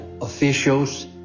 officials